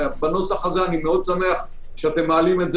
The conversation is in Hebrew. בנוסח הזה אני מאוד שמח שאתם מעלים את זה